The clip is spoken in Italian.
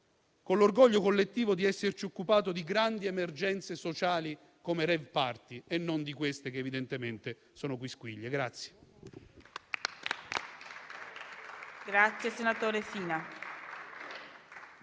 con l'orgoglio collettivo di esserci occupati di grandi emergenze sociali come quella dei *rave party* e non di queste che evidentemente sono quisquiglie.